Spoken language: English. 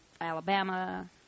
Alabama